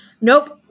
Nope